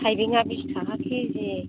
थाइबेंआ बिस थाखा के जि